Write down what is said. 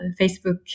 Facebook